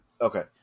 Okay